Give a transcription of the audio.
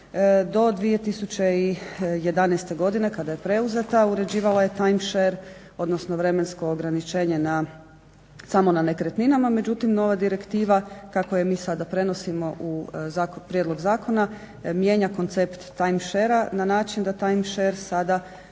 do 2011. godine kada je preuzeta uređivala je time share, odnosno vremensko ograničenje samo na nekretninama, međutim nova direktiva kako je mi sada prenosimo u prijedlog zakona mijenja koncept time sharea na način da time share sada